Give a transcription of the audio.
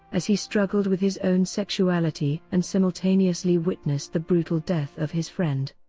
as he struggled with his own sexuality and simultaneously witnessed the brutal death of his friend.